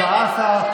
14,